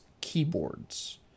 keyboards